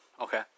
okay